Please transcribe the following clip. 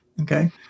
Okay